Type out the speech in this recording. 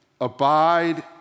abide